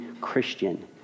Christian